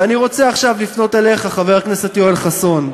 ואני רוצה עכשיו לפנות אליך, חבר הכנסת יואל חסון,